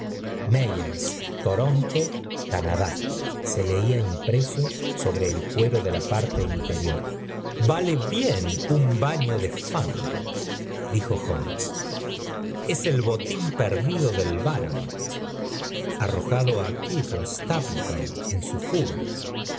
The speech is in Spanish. toronto canadá se leía impreso sobre el cuero en la parte interior p len v n año de fango dijo holmes ks el botín perdido del baronet arrojado aquí por stapleton en su fuga